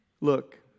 Look